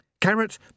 Carrot